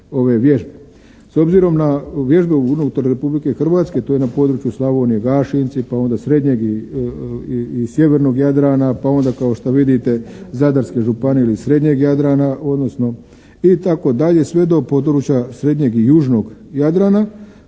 S obzirom na vježbe unutar Republike Hrvatske, to je na području Slavonije Gašinci, pa onda srednjeg i sjevernog Jadrana, pa onda kao što vidite Zadarske županije ili srednjeg Jadrana, odnosno itd., sve do područja srednjeg i južnog Jadrana